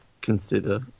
consider